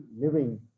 living